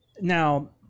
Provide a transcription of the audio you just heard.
Now